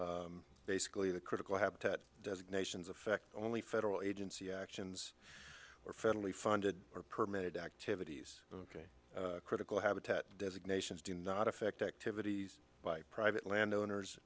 law basically the critical habitat designations affect only federal agency actions or federally funded or permitted activities ok critical habitat designations do not affect activities by private landowners